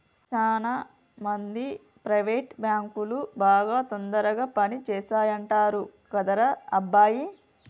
సాన మంది ప్రైవేట్ బాంకులు బాగా తొందరగా పని చేస్తాయంటరు కదరా అబ్బాయి